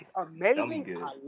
Amazing